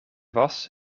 was